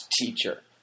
teacher